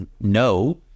no